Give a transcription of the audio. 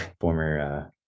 former